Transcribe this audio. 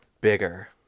Bigger